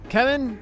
Kevin